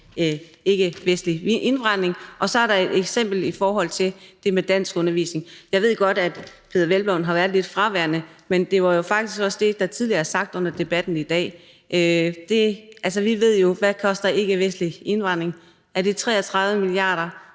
ikkevestlig indvandring, og så er der et eksempel i forhold til det med danskundervisning. Jeg ved godt, at hr. Peder Hvelplund har været lidt fraværende, men det var jo faktisk også det, der tidligere er sagt under debatten i dag. Altså, vi ved jo, hvad ikkevestlig indvandring koster – er